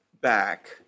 back